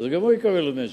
ואז גם הוא יקבל נשק.